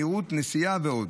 מהירות נסיעה ועוד.